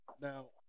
Now